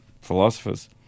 philosophers